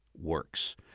works